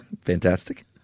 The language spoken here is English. Fantastic